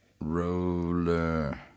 Roller